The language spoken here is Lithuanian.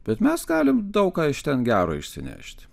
bet mes galim daug ką iš ten gero išsinešti